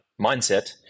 mindset